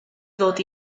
ddod